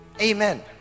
Amen